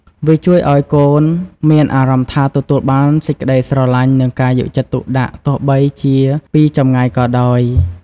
វាជួយឲ្យកូនមានអារម្មណ៍ថាទទួលបានសេចក្ដីស្រឡាញ់ និងការយកចិត្តទុកដាក់ ទោះបីជាពីចម្ងាយក៏ដោយ។